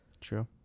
true